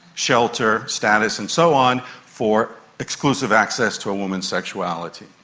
shelter, status and so on for exclusive access to a woman's sexuality.